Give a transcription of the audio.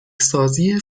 سازی